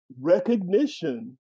recognition